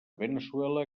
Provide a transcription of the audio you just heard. veneçuela